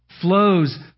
flows